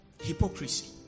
Hypocrisy